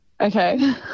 Okay